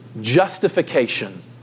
Justification